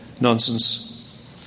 nonsense